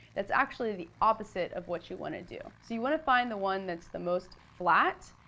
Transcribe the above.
that's actually the opposite of what you wanna do. so you wanna find the one that's the most flat,